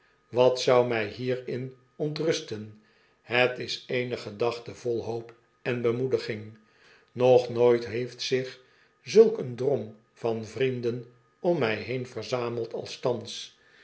wat zou mij hierin ontrusten het is eene gedachte vol hoop en bemoediging nog nooit heeft zich zulk een drom van vrienden om mij heen verzameld als thans